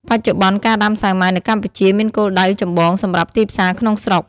បច្ចុប្បន្នការដាំសាវម៉ាវនៅកម្ពុជាមានគោលដៅចម្បងសម្រាប់ទីផ្សារក្នុងស្រុក។